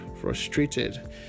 frustrated